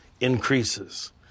increases